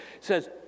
says